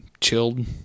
chilled